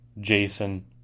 Jason